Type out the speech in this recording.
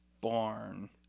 barn